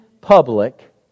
public